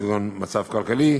כגון מצב חברתי-כלכלי,